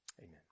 Amen